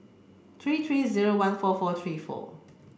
three three zero one four four three four